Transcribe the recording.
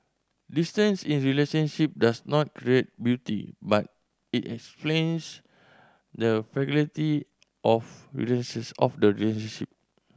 distance in relationship does not create beauty but it explains the fragility of of the relationship